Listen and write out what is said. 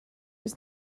was